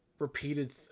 repeated